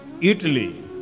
Italy